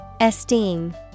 Esteem